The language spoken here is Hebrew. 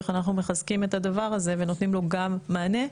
איך אנחנו מחזקים את הדבר הזה ונותנים לו גם מענה?